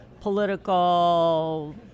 political